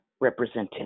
represented